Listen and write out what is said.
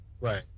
Right